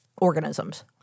organisms